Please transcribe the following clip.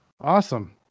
Awesome